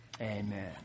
Amen